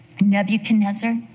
Nebuchadnezzar